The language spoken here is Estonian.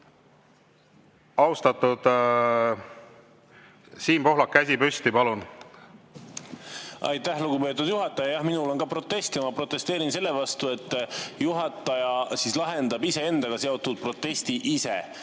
Austatud Siim Pohlak, [teil on] käsi püsti, palun! Aitäh, lugupeetud juhataja! Minul on ka protest. Ma protesteerin selle vastu, et juhataja lahendab iseendaga seotud protesti ise.